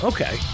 Okay